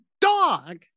dog